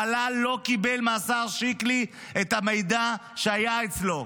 המל"ל לא קיבל מהשר שיקלי את המידע שהיה אצלו.